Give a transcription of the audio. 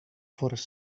fores